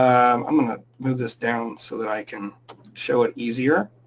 i'm gonna move this down so that i can show it easier.